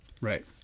Right